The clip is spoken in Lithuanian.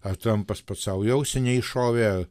ar trampas pats sau į ausį neiššovė